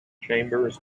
chambers